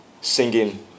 singing